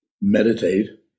meditate